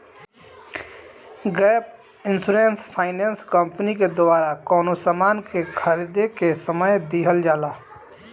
gap insurance finance company के द्वारा कवनो सामान के खरीदें के समय दीहल जाला